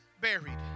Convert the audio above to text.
buried